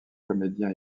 comédien